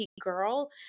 girl